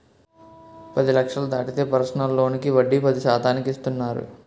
పది లక్షలు దాటితే పర్సనల్ లోనుకి వడ్డీ పది శాతానికి ఇస్తున్నారు